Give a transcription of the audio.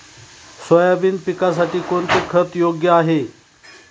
Soybean पिकासाठी कोणते खत योग्य आहे?